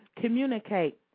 communicate